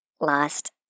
lost